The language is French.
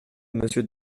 monsieur